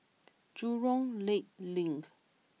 Jurong Lake Link